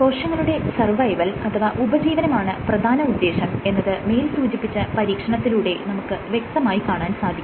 കോശങ്ങളുടെ സർവൈവൽ അഥവാ ഉപജീവനമാണ് പ്രധാന ഉദ്ദേശ്യം എന്നത് മേൽ സൂചിപ്പിച്ച പരീക്ഷണത്തിലൂടെ നമുക്ക് വ്യക്തമായി കാണാൻ സാധിക്കും